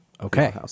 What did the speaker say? okay